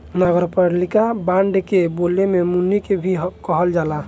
नगरपालिका बांड के बोले में मुनि के भी कहल जाला